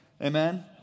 Amen